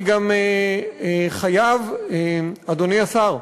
אני גם חייב, אדוני השר,